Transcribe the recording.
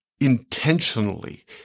intentionally